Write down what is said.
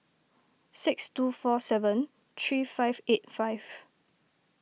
six two four seven three five eight five